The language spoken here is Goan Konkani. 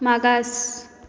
मागास